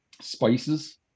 spices